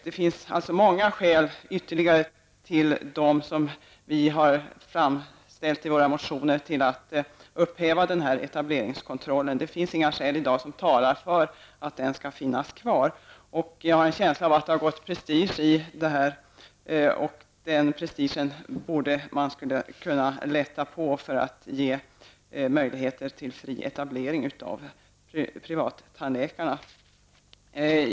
Det finns alltså många skäl, utöver dem som vi har anfört i våra motioner, till att upphäva den här etableringskontrollen. I dag finns inga skäl som talar för att den skall finnas kvar. Jag har en känsla av att det har gått prestige i den här frågan, och den prestigen borde man kunna lätta på för att ge möjligheter till fri etablering för privattandläkare.